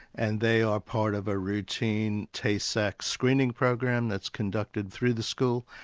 and they are part of a routine tay-sachs screening program that's conducted through the school.